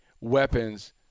weapons